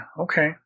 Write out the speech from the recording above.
Okay